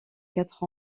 quatre